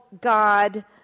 God